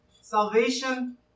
salvation